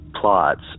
plots